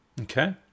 Okay